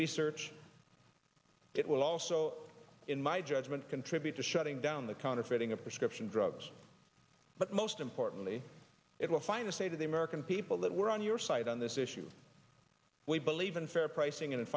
research it will also in my judgment contribute to shutting down the counterfeiting of prescription drugs but most importantly it will find a say to the american people that we're on your side on this issue we believe in fair pricing and